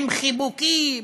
עם חיבוקים